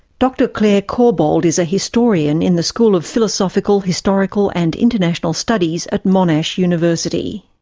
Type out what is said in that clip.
dr clare corbould is a historian in the school of philosophical, historical and international studies at monash university.